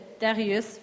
Darius